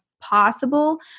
possible